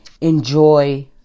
enjoy